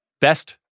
Best